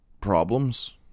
problems